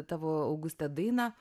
tavo auguste dainą